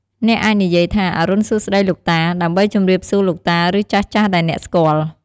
អ្នកអាចនិយាយថា "អរុណសួស្តីលោកតា" ដើម្បីជំរាបសួរលោកតា ឬ ចាស់ៗដែលអ្នកស្កាល់។